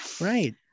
Right